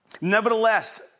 Nevertheless